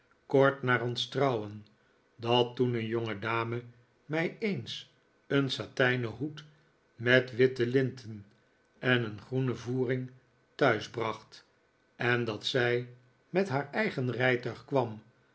kort na ons trouwen dat toen een jongedame mij eens een satijnen hoed met witte linten en een groene voering thuis bracht en dat zij met haar eigen rijtuig kwam